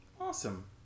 Awesome